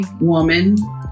woman